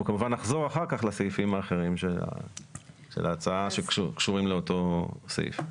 אנחנו כמובן נחזור אחר כך לסעיפים האחרים של ההצעה שקשורים לאותו סעיף.